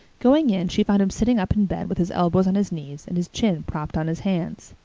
going in, she found him sitting up in bed, with his elbows on his knees and his chin propped on his hands.